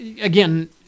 again